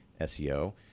seo